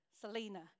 Selena